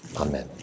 Amen